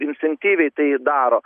instinktyviai tai daro